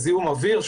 על זיהום האוויר.